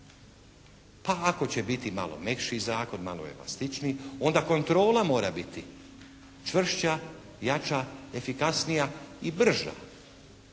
Pa ako će biti malo mekši zakon, malo elastičniji, onda kontrola mora biti čvršća, jača, efikasnija i brža.